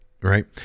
right